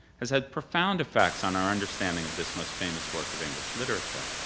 has had profound effects on our understanding of this most famous work of english literature.